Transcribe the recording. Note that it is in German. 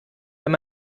wenn